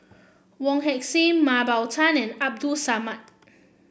Wong Heck Sing Mah Bow Tan and Abdul Samad